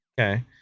Okay